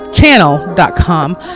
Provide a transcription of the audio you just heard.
channel.com